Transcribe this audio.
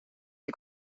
die